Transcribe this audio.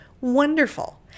Wonderful